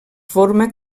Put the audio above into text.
forma